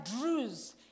Druze